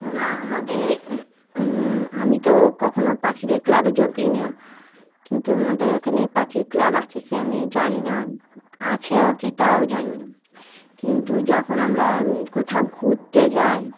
না আমাদের আমি তো কখনও পাখিদের ক্লাবে যোগই দিই না কিন্তু আমাদের এখানে পাখির ক্লাব আছে কি আমি জানি না আছেও কি তাও জানি না কিন্তু যখন আমরা কোথাও ঘুরতে যাই